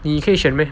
你可以选 meh